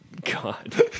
God